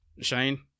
Shane